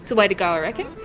it's the way to go i reckon.